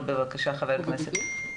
בבקשה, חבר הכנסת עידן רול.